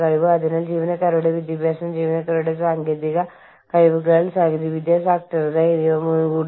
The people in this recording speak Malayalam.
അതിനാൽ ലോകമെമ്പാടുമുള്ള അല്ലെങ്കിൽ ലോകത്തിന്റെ വിവിധ ഭാഗങ്ങളിലുള്ള ജീവനക്കാർക്ക് സ്വീകാര്യമായ വ്യവസായ ബന്ധ നയം നിങ്ങൾ എങ്ങനെ കൊണ്ടുവരും